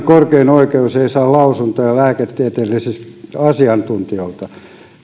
korkein oikeus ei saa lausuntoja lääketieteellisiltä asiantuntijoilta